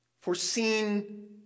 Foreseen